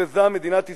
כשהוכרזה מדינת ישראל,